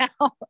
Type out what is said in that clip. now